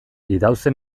idauze